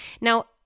Now